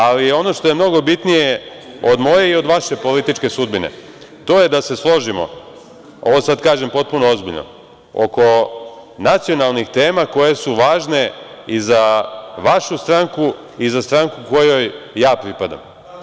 Ali, ono što je mnogo bitnije od moje i od vaše političke sudbine, to je da se složimo, ovo sad kažem potpuno ozbiljno, oko nacionalnih tema koje su važne i za vašu stranku i za stranku kojoj ja pripadam.